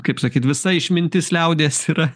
kaip sakyt visa išmintis liaudies yra